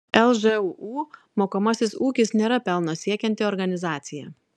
lžūu mokomasis ūkis nėra pelno siekianti organizacija